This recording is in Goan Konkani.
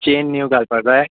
चेन न्यू घालपाक जाय